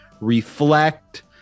reflect